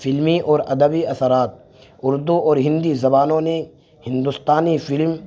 فلمی اور ادبی اثرات اردو اور ہندی زبانوں نے ہندوستانی فلم